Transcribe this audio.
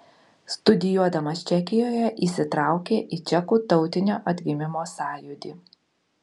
studijuodamas čekijoje įsitraukė į čekų tautinio atgimimo sąjūdį